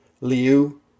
Liu